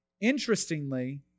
Interestingly